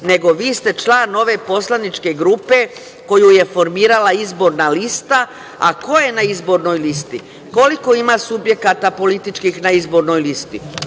nego - vi ste član nove poslaničke grupe, koju je formirala izborna lista, a ko je na izbornoj listi, koliko ima subjekata političkih na izbornoj listi?